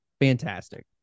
fantastic